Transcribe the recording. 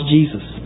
Jesus